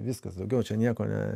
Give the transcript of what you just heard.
viskas daugiau čia nieko ne